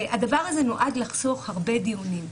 והדבר הזה נועד לחסוך הרבה דיונים.